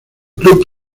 club